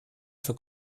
für